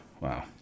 Wow